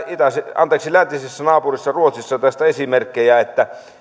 läntisessä naapurissa ruotsissa tästä esimerkkejä